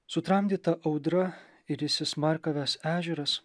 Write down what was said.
sutramdyta audra ir įsismarkavęs ežeras